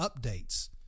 updates